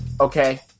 Okay